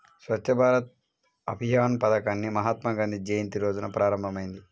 స్వచ్ఛ్ భారత్ అభియాన్ పథకాన్ని మహాత్మాగాంధీ జయంతి రోజున ప్రారంభమైంది